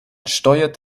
steuert